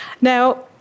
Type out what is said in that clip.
Now